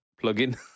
plug-in